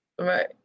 Right